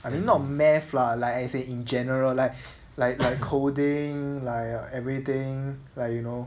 I mean not math lah like as in like general like like like coding like everything like you know